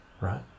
right